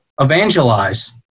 evangelize